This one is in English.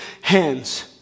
hands